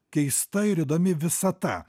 keista ir įdomi visata